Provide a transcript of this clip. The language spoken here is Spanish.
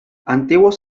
antiguos